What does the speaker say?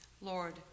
Lord